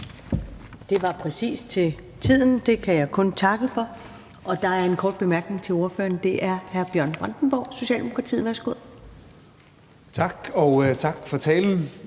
Det var præcist til tiden – det kan jeg kun takke for. Der er en kort bemærkning til ordføreren, og den er fra hr. Bjørn Brandenborg, Socialdemokratiet. Værsgo Kl. 21:51 Bjørn